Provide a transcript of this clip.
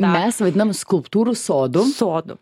mes vadinam skulptūrų sodu sodu